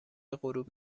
غروب